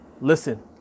Listen